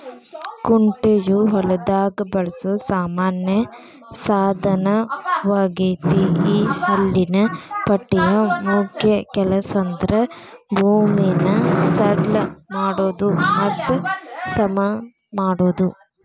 ಕುಂಟೆಯು ಹೊಲದಾಗ ಬಳಸೋ ಸಾಮಾನ್ಯ ಸಾದನವಗೇತಿ ಈ ಹಲ್ಲಿನ ಪಟ್ಟಿಯ ಮುಖ್ಯ ಕೆಲಸಂದ್ರ ಭೂಮಿನ ಸಡ್ಲ ಮಾಡೋದು ಮತ್ತ ಸಮಮಾಡೋದು